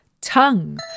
tongue